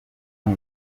ngo